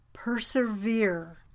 Persevere